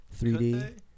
3D